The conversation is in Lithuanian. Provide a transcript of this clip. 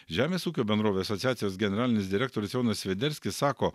žemės ūkio bendrovių asociacijos generalinis direktorius jonas svederskis sako